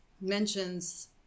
mentions